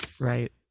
Right